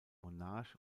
monarch